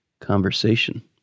conversation